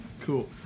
cool